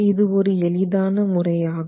இது ஒரு எளிதான முறை ஆகும்